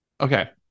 Okay